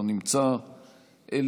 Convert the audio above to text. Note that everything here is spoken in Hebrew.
לא נמצא,